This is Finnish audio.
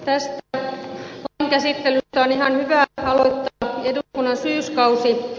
tästä lainkäsittelystä on ihan hyvä aloittaa eduskunnan syyskausi